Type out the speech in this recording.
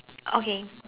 okay